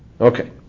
Okay